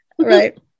Right